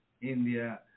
India